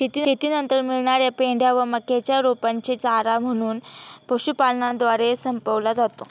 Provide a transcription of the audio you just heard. शेतीनंतर मिळणार्या पेंढ्या व मक्याच्या रोपांचे चारा म्हणून पशुपालनद्वारे संपवला जातो